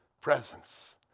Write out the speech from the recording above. presence